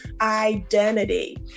identity